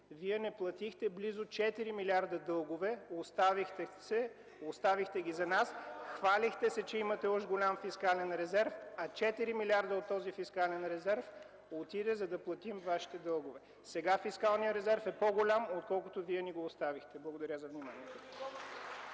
Вие не платихте близо 4 милиарда дългове, оставихте ги за нас. (Силен шум и реплики от КБ.) Хвалихте се, че имате уж голям фискален резерв, а 4 милиарда от този фискален резерв отидоха, за да платим Вашите дългове. Сега фискалният резерв е по-голям, отколкото Вие ни го оставихте. Благодаря за вниманието.